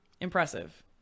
Impressive